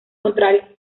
contrario